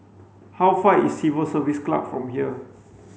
how far is Civil Service Club from here